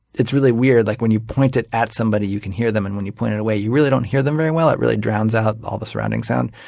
it's really weird. like when you point it at somebody you can hear them, and when you point it away, you really don't hear them very well. it really drowns all out all the surrounding sound.